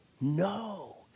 No